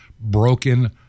broken